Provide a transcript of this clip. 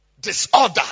disorder